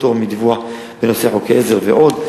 פטור מדיווח בנושא חוקי עזר ועוד.